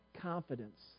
confidence